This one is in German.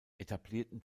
etablierten